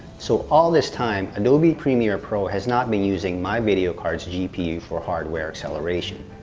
so all this time, adobe premier pro has not been using my video card's gpu for hardware acceleration.